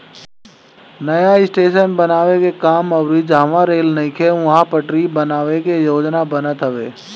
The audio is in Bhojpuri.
नया स्टेशन बनावे के काम अउरी जहवा रेल नइखे उहा पटरी बनावे के योजना बनत हवे